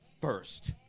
first